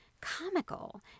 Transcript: comical